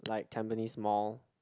like Tampines Mall